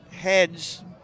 heads